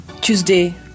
Tuesday